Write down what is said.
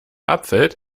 abfällt